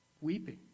weeping